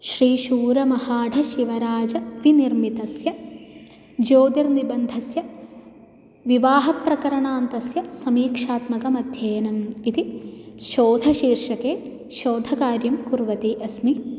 श्रीशूरमहाढशिवराज इति निर्मितस्य ज्योतिर्निबन्धस्य विवाहप्रकरणान्तस्य समीक्षात्मकमध्ययनम् इति शोधशीर्षके शोधकार्यं कुर्वती अस्मि